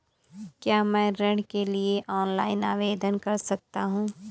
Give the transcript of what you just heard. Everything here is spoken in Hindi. क्या मैं ऋण के लिए ऑनलाइन आवेदन कर सकता हूँ?